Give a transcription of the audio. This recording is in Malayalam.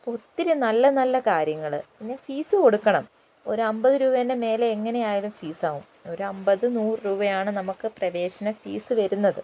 ഒത്തിരി നല്ല നല്ല കാര്യങ്ങൾ പിന്നെ ഫീസ് കൊടുക്കണം ഒരു അമ്പത് രൂപേൻ്റെ മേലെ എങ്ങനെ ആയാലും ഫീസാവും ഒരു അമ്പത് നൂറ് രൂപയാണ് നമുക്ക് പ്രവേശന ഫീസ് വരുന്നത്